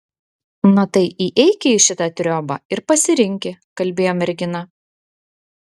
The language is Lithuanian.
na tai įeiki į šitą triobą ir pasirinki kalbėjo mergina